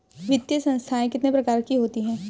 वित्तीय संस्थाएं कितने प्रकार की होती हैं?